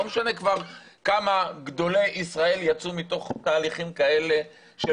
לא משנה כבר כמה גדולי ישראל יצאו מתוך תהליכים כאלה של